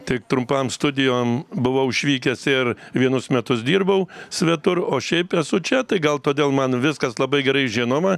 tik trumpam studijom buvau išvykęs ir vienus metus dirbau svetur o šiaip esu čia tai gal todėl man viskas labai gerai žinoma